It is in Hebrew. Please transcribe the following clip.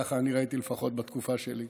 ככה אני ראיתי לפחות בתקופה שלי.